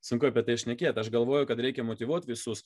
sunku apie tai šnekėt aš galvoju kad reikia motyvuot visus